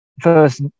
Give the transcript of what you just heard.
first